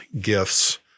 gifts